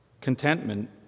contentment